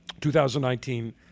2019